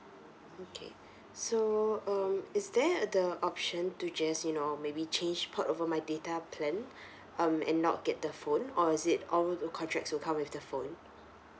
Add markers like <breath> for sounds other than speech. okay so um is there the option to just you know maybe change port over my data plan <breath> um and not get the phone or is it all the contract will come with the phone